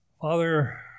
Father